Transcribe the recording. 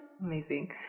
Amazing